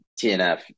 TNF